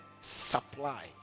supplies